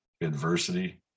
adversity